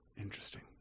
Interesting